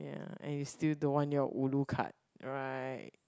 ya and you still don't want your ulu card right